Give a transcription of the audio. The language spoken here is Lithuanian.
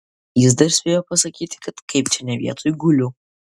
jis dar spėjo pasakyti kad kaip čia ne vietoj guliu